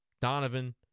Donovan